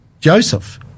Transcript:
Joseph